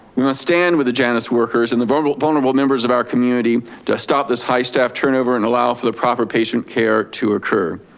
we must stand with the janus workers and the vulnerable vulnerable members of our community to stop this high staff turnover and allow for the proper patient care to occur.